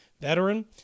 veteran